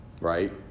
Right